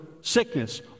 sickness